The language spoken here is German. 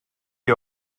ihr